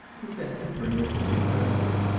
the senses bring us new impressions,